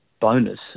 bonus